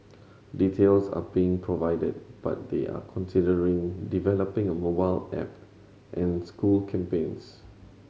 details are being provided but they are considering developing a mobile app and school campaigns